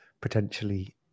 potentially